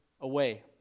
away